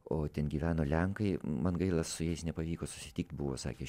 o ten gyveno lenkai man gaila su jais nepavyko susitikti buvo sakė